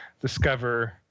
discover